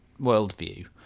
worldview